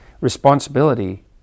responsibility